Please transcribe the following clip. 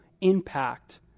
impact